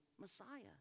Messiah